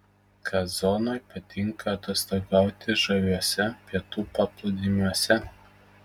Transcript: kazonui patinka atostogauti žaviuose pietų paplūdimiuose